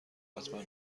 حتما